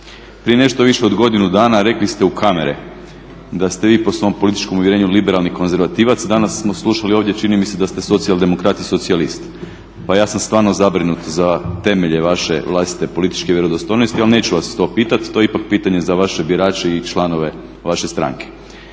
Prije nešto više od godinu dana rekli ste u kamere da ste vi po svom političkom uvjerenju liberalni konzervativac, danas smo slušali ovdje čini mi se da ste socijaldemokrat i socijalist. Pa ja sam stvarno zabrinut za temelje vaše vlastite političke vjerodostojnosti ali neću vas to pitati, to je ipak pitanje za vaše birače i članove vaše stranke.